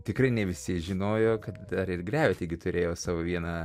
tikrai ne visi žinojo kad dar ir greviti gi turėjo savo vieną